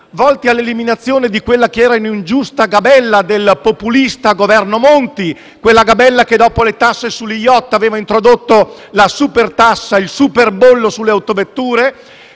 volti all'eliminazione di quella che era un'ingiusta gabella del populista Governo Monti, quella gabella che, dopo le tasse sugli *yacht*, aveva introdotto il superbollo sulle autovetture,